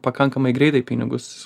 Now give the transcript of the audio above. pakankamai greitai pinigus